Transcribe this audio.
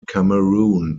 cameroon